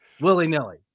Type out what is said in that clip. willy-nilly